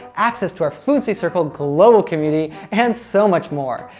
access to our fluency circle global community, and so much more.